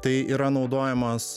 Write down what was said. tai yra naudojamas